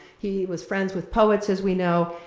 he was friends with poets, as we know.